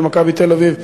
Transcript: של "מכבי תל-אביב",